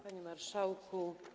Panie Marszałku!